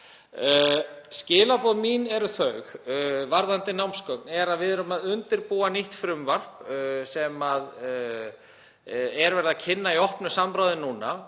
Skilaboð mín varðandi námsgögn eru að við erum að undirbúa nýtt frumvarp sem er verið að kynna í opnu samráði núna